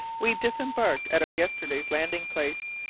we disembarked at our yesterday's landing-place,